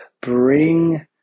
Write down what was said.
bring